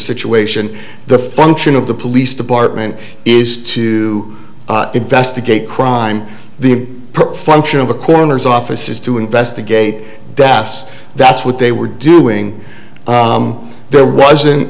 situation the function of the police department is to investigate crime the function of a coroner's office is to investigate das that's what they were doing there wasn't